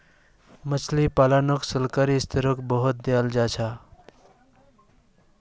मछली पालानोत सरकारी स्त्रोत बहुत प्रोत्साहन दियाल जाहा